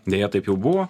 deja taip jau buvo